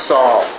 Saul